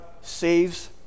saves